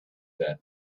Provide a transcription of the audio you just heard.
that